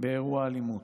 באירוע אלימות.